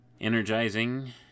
Energizing